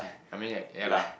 I mean like ya lah